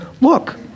look